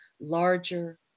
larger